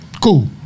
Cool